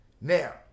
Now